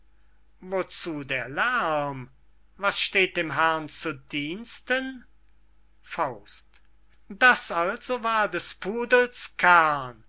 wozu der lärm was steht dem herrn zu diensten das also war des pudels kern